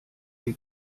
die